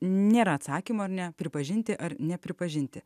nėra atsakymo ar ne pripažinti ar nepripažinti